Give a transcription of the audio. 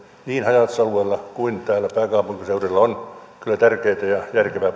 niin haja asutusalueilla kuin täällä pääkaupunkiseudullakin on kyllä tärkeätä ja järkevää